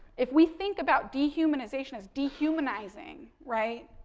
if we think about dehumanization as dehumanizing, right,